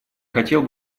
хотел